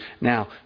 now